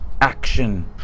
action